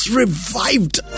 revived